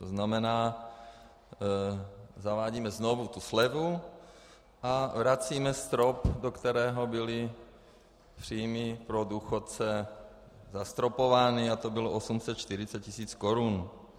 To znamená, zavádíme znovu slevu a vracíme strop, do kterého byly příjmy pro důchodce zastropovány, to bylo 840 tisíc korun.